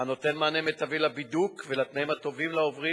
הנותן מענה מיטבי לבידוק ולתנאים הטובים לעוברים,